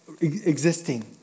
existing